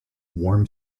warm